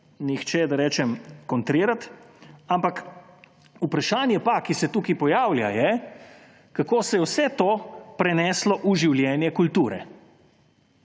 ne more nihče kontrirati. Vprašanje pa, ki se tu pojavlja, je, kako se je vse to preneslo v življenje kulture.